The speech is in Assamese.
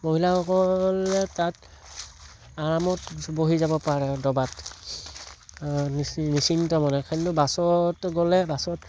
মহিলাসকলে তাত আৰামত বহি যাব পাৰে দবাত নিশ্চিন্ত মনে খালী বাছত গ'লে বাছত